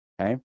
okay